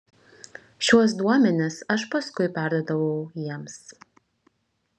šiuos duomenis aš paskui perduodavau jiems